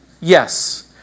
Yes